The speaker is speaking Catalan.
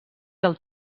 del